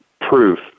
proof